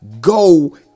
go